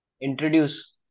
Introduce